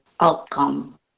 outcome